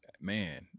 man